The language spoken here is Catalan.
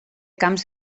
camps